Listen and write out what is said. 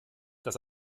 dass